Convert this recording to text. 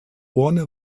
urne